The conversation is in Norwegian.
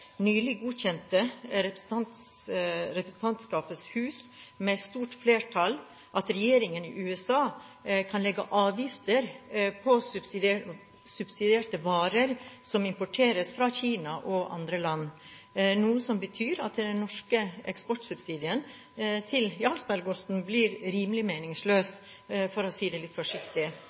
Nylig godkjente Representantenes hus med stort flertall at regjeringen i USA kan legge avgifter på subsidierte varer som importeres fra Kina og andre land, noe som betyr at den norske eksportsubsidien av Jarlsbergosten blir rimelig meningsløs, for å si det litt forsiktig.